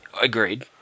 Agreed